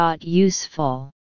Useful